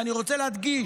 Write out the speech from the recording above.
ואני רוצה להדגיש: